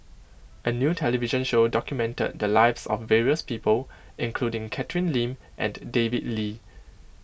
a new television show document the lives of various people including Catherine Lim and David Lee